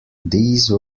these